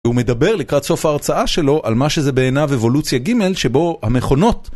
הוא מדבר לקראת סוף ההרצאה שלו על מה שזה בעיניו אבולוציה ג' שבו המכונות